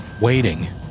Waiting